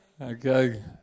Okay